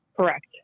Correct